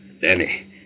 Danny